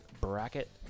bracket